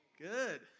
Good